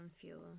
fuel